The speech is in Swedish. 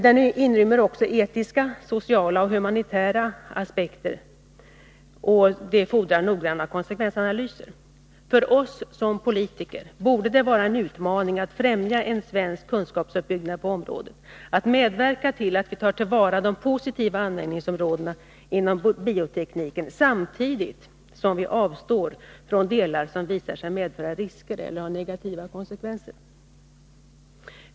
Den inrymmer också etiska, sociala och humanitära aspekter som fordrar noggranna konsekvensanalyser. För oss som politiker borde det vara en utmaning att främja en svensk kunskapsuppbyggnad på området, att medverka till att vi tar till vara de positiva användningsområdena inom biotekniken, samtidigt som vi avstår från delar som visar sig medföra risker eller har negativa konsekvenser.